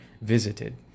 visited